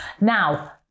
now